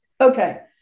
Okay